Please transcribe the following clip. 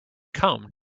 come